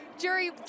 Jerry